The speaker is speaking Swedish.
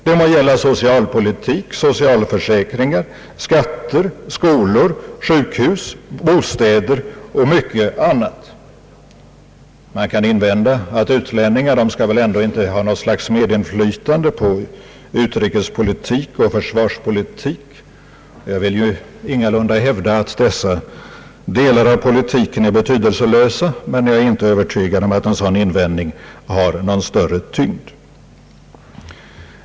Det må gälla socialpolitik, socialförsäkringar, skatter, skolor, sjukhus, bostäder och mycket annat. Man kan invända att utlänningar väl ändå inte skall ha något slag av medinflytande på utrikespolitik och försvarspolitik. Jag vill ingalunda hävda att dessa delar av politiken är betydelselösa, men jag är inte övertygad om att en sådan invändning har någon större tyngd.